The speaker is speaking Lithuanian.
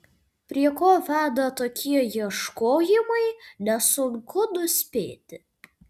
prie ko veda tokie ieškojimai nesunku nuspėti